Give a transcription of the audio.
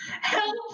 Help